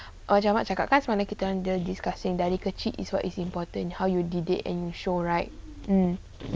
oh semalam ada cakap kan the discussion dari kecil is what is important how you didik and show right um